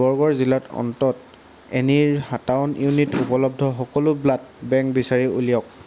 বৰগড় জিলাত অন্তত এনিৰ সাতাৱন ইউনিট উপলব্ধ সকলো ব্লাড বেংক বিচাৰি উলিয়াওক